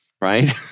Right